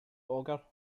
auger